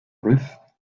roof